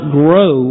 grow